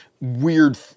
weird